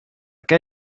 què